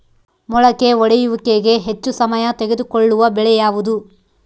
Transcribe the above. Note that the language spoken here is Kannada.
ಮೊಳಕೆ ಒಡೆಯುವಿಕೆಗೆ ಹೆಚ್ಚು ಸಮಯ ತೆಗೆದುಕೊಳ್ಳುವ ಬೆಳೆ ಯಾವುದು?